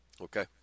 okay